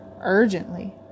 urgently